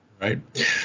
Right